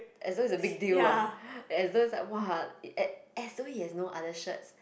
as though it's a big deal ah as though is like !wah! as as though he has no other shirt